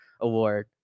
award